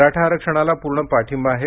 मराठा आरक्षणाला पूर्ण पाठिंबा आहे